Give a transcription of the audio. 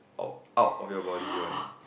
out out of your body one